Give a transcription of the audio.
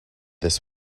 this